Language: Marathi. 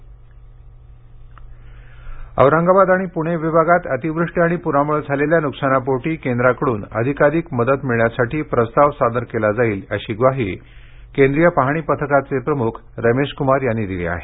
केंद्रीय पथक औरंगाबाद आणि पूणे विभागात अतिवृष्टी आणि प्रामुळे झालेल्या नुकसानापोटी केंद्राकडून अधिकाधिक मदत मिळण्यासाठी प्रस्ताव सादर केला जाईल अशी ग्वाही केंद्रीय पाहणी पथकाचे प्रमुख रमेशकुमार यांनी दिली आहे